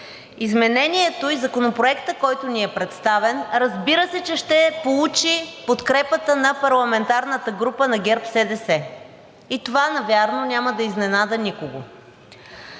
Изменението и Законопроектът, който ни е представен, разбира се, че ще получи подкрепата на парламентарната група на ГЕРБ-СДС и това навярно няма да изненада никого.